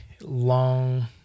long